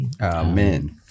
Amen